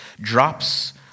drops